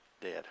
dead